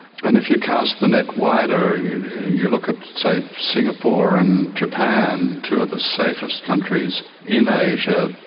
and if you cast the net wider, you you look at, say, singapore and japan, two of the safest countries in asia,